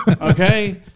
Okay